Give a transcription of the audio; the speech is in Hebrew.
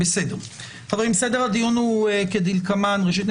סדר הדיון הוא כדלקמן: ראשית,